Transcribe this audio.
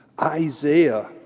Isaiah